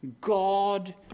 God